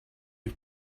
you